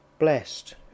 Blessed